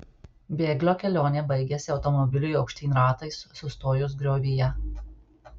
bėglio kelionė baigėsi automobiliui aukštyn ratais sustojus griovyje